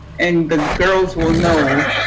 and the girls will know,